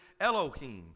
Elohim